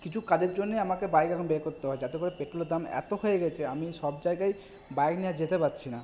কিছু কাজের জন্যে আমাকে বাইক এখন বেড় করতে হয় যাতে করে পেট্রোলের দাম এতো হয়ে গেছে আমি সব জায়গায় বাইক নিয়ে যেতে পাচ্ছি না